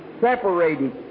separated